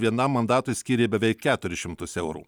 vienam mandatui skyrė beveik keturis šimtus eurų